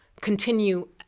continue